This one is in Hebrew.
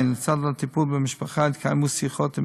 לצד הטיפול במשפחה התקיימו שיחות עם